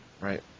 right